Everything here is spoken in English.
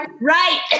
right